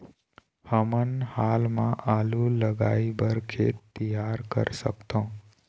हमन हाल मा आलू लगाइ बर खेत तियार कर सकथों?